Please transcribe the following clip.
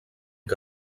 que